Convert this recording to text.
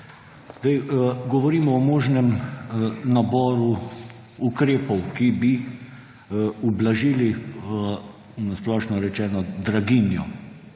Govorimo o možnem naboru ukrepov, ki bi ublažili, na splošno rečeno, draginjo.